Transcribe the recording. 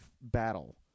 battle